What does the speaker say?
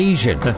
Asian